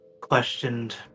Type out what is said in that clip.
questioned